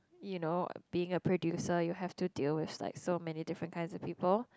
you know being a producer you have to deal with like so many different kinds of people